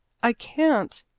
i can't,